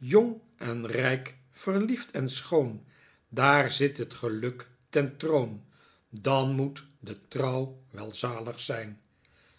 jong en rijk verliefd en schoon daar zit het geluk ten troon dan moet de trouw wel zalig zijn